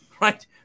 right